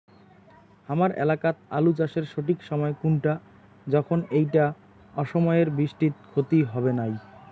হামার এলাকাত আলু চাষের সঠিক সময় কুনটা যখন এইটা অসময়ের বৃষ্টিত ক্ষতি হবে নাই?